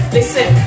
Listen